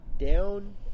down